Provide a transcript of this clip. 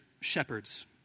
shepherds